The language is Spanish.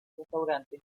restaurantes